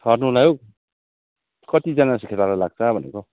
छर्नुलाई हो कतिजना चाहिँ खेताला लाग्छ भनेको